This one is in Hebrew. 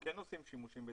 כן עושים שימושים.